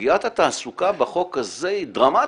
סוגיית התעסוקה בחוק הזה היא דרמטית,